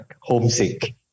homesick